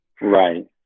Right